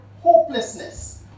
hopelessness